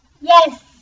Yes